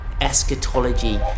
eschatology